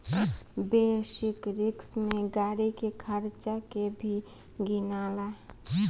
basic risk में गाड़ी के खर्चा के भी गिनाला